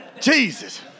Jesus